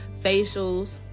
facials